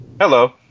Hello